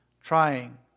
trying